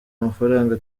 amafaranga